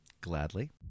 Gladly